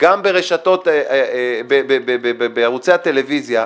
גם בערוצי הטלוויזיה,